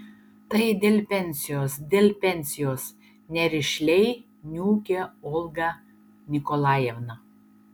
tai dėl pensijos dėl pensijos nerišliai niūkė olga nikolajevna